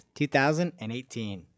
2018